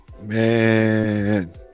Man